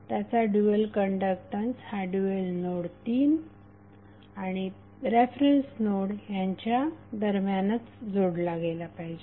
त्याचा dual conductance हा dual node 3 आणि रेफरन्स नोड यांच्या दरम्यानच जोडला गेला पाहिजे